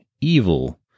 evil